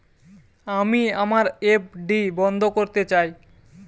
আমি আমার এফ.ডি বন্ধ করতে চাই